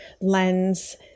lens